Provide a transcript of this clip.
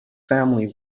family